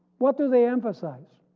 what do they emphasize?